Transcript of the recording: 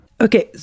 Okay